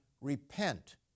Repent